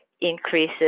increases